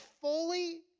fully